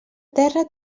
terra